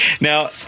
Now